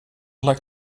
like